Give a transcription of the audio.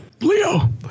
leo